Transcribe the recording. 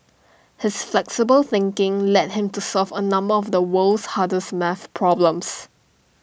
his flexible thinking led him to solve A number of the world's hardest maths problems